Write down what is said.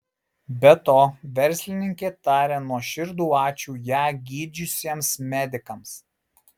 be to verslininkė taria nuoširdų ačiū ją gydžiusiems medikams